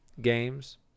games